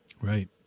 Right